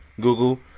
Google